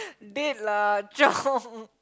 date lah Chong